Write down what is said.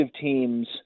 teams